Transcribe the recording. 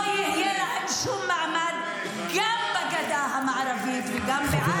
לא יהיה להם שום מעמד גם בגדה המערבית וגם בעזה -- אה,